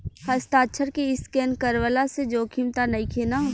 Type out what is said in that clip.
हस्ताक्षर के स्केन करवला से जोखिम त नइखे न?